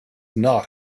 not